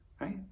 right